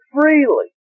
freely